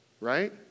right